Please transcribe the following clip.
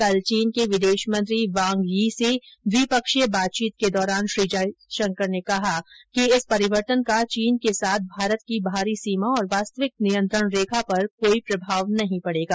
कल चीन के विदेशमंत्री वांग यी से द्विपक्षीय बातचीत के दौरान श्री जयशंकर ने कहा कि इस परिवर्तन का चीन के साथ भारत की बाहरी सीमा और वास्तविक नियंत्रण रेखा पर कोई प्रभाव नहीं पड़ेगा